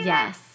Yes